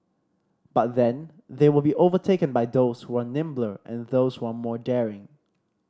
but then they will be overtaken by those who are nimbler and those who are more daring